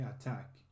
attack